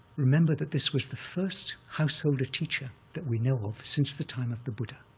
remember that this was the first householder teacher that we know of since the time of the buddha,